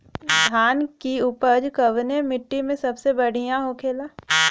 धान की उपज कवने मिट्टी में सबसे बढ़ियां होखेला?